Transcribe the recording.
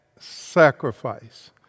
sacrifice